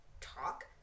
talk